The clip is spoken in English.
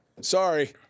sorry